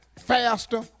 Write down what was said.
Faster